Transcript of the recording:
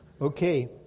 Okay